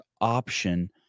option